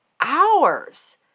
hours